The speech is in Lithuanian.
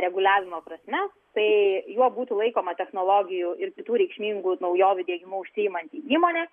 reguliavimo prasme tai juo būtų laikoma technologijų ir kitų reikšmingų naujovių diegimu užsiimanti įmonė